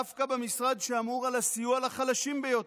דווקא במשרד שאמון על הסיוע לחלשים ביותר.